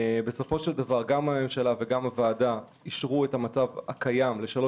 בסופו של דבר גם הממשלה וגם הוועדה אישרו את המצב הקיים לשלוש